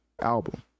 album